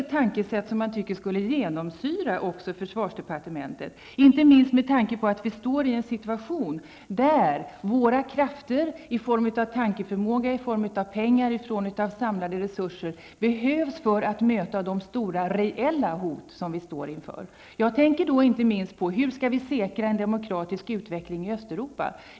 Man tycker att detta tänkesätt borde genomsyra försvarsdepartementet, inte minst med tanke på att vi befinner oss i en situation där våra krafter, i form av tankeförmåga, pengar och av samlade resurser, behövs för att möta de stora reella hot som vi står inför. Jag tänker då inte minst på hur vi skall kunna säkra en demokratisk utveckling i Östeuropa.